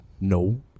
no